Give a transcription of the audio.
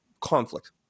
conflict